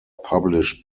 published